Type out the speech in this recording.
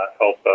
help